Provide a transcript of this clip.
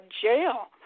jail